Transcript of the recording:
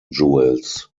jewels